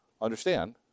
understand